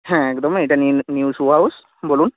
হ্যাঁ একদমই এটা নিউ শ্যু হাউস বলুন